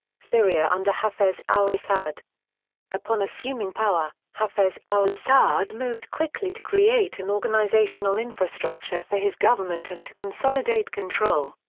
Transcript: syria under hafez al-assad upon assuming power, hafez al-assad moved quickly to create an organizational infrastructure for his government and to consolidate control.